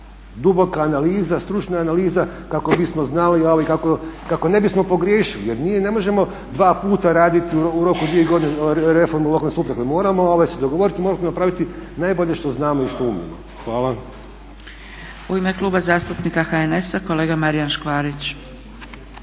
duboka analiza, stručna analiza kako bismo znali ali kako ne bismo pogriješili jer ne možemo dva puta raditi u roku 2 godine reformu lokalne samouprave. Dakle moramo se dogovoriti i moramo napraviti najbolje što znamo i što umijemo. Hvala.